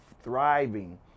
thriving